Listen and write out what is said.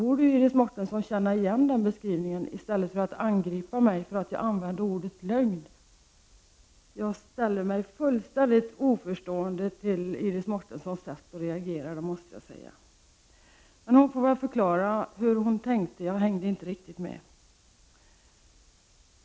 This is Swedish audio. Iris Mårtensson borde ju känna igen den beskrivningen i stället för att angripa mig för att jag använde ordet lögn. Jag ställer mig fullständigt oförstående till Iris Mårtenssons sätt att reagera, det måste jag säga. Men hon får väl förklara hur hon tänkte. Jag hängde inte riktigt med.